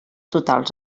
totals